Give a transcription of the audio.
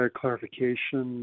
clarification